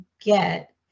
get